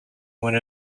one